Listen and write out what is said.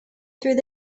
through